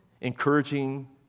encouraging